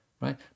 right